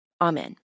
Amen